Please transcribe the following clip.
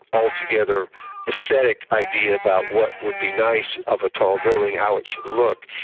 altogether aesthetic idea about what would be nice of a tall building, how it should look,